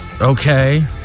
Okay